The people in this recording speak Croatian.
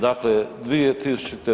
Dakle, 2000.